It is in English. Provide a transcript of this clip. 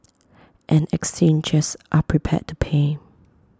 and exchanges are prepared to pay